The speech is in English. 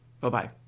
Bye-bye